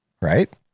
Right